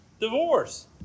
divorce